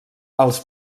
als